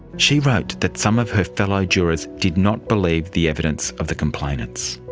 she wrote that some of her fellow jurors did not believe the evidence of the complainants.